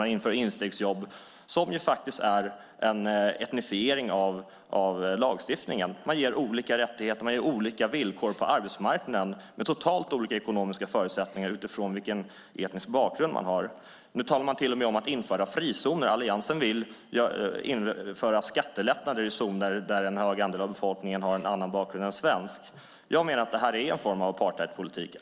Man inför instegsjobb som faktiskt är en etnifiering av lagstiftningen. Man ger olika rättigheter, olika villkor på arbetsmarknaden och totalt olika ekonomiska förutsättningar utifrån vilken etnisk bakgrund man har. Nu talar man till och med om att införa frizoner. Alliansen vill införa skattelättnader i zoner där en hög andel av befolkning har en annan bakgrund än svensk. Jag menar att det här är en form av apartheidpolitik.